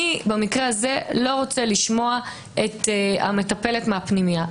אני במקרה הזה לא רוצה לשמוע את המטפלת מהפנימייה.